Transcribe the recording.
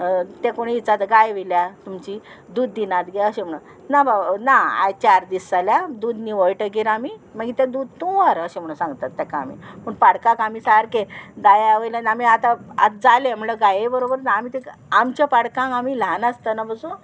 तें कोणी इचात गाय वयल्या तुमची दूद दिनात गे अशें म्हणून ना बाबा ना आयज चार दीस जाल्या दूद निवळटगीर आमी मागीर तें दूद तूं व्हर अशें म्हणून सांगतात तेका आमी पूण पाडकाक आमी सारकें दाया वयल्यान आमी आतां आतां जालें म्हणल्यार गाये बरोबर आमी ते आमच्या पाडकांक आमी ल्हान आसतना बसून